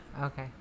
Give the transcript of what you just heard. okay